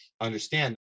understand